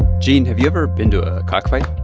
gene, have you ever been to a cockfight?